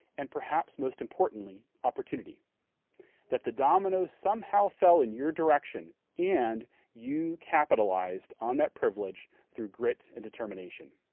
and perhaps most importantly opportunity that the domino somehow fell in your direction and you capitalized on that privilege through grit and determination.